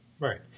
Right